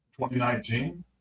2019